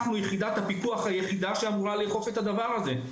אנחנו יחידת הפיקוח היחידה שאמורה לאכוף את הדבר הזה,